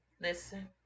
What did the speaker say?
Listen